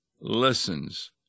listens